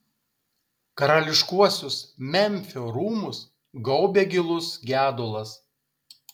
karališkuosius memfio rūmus gaubė gilus gedulas